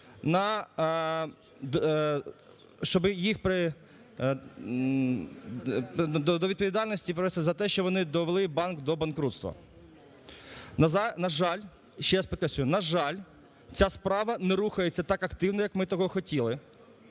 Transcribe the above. щоб їх… до відповідальності просто за те, що вони довели банк до банкрутства. На жаль, ще раз підкреслюю, на жаль, ця справа не рухається так активно, як ми того хотіли,